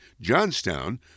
Johnstown